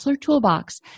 Toolbox